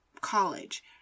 college